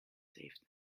safely